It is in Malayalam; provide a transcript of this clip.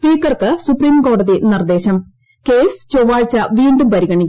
സ്പീക്കർക്ക് സുപ്രീം കോടതി നിർദ്ദേശം കേസ് ചൊവ്വാഴ്ച വീണ്ടും പരിഗണിക്കും